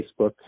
Facebook